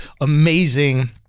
amazing